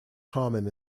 common